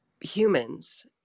Humans